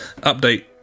update